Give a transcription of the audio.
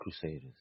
Crusaders